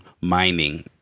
mining